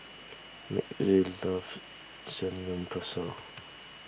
Mitzi loves Samgyeopsal